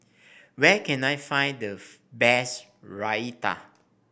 where can I find the best Raita